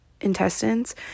intestines